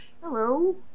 hello